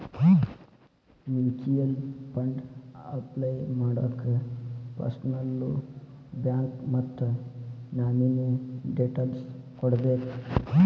mutual fund apply ಮಾಡಾಕ ಪರ್ಸನಲ್ಲೂ bank ಮತ್ತ ನಾಮಿನೇ ಡೇಟೇಲ್ಸ್ ಕೋಡ್ಬೇಕ್